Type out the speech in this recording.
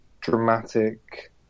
dramatic